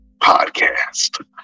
Podcast